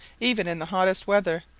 even in the hottest weather,